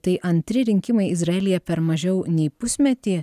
tai antri rinkimai izraelyje per mažiau nei pusmetį